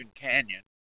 Canyon